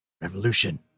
Revolution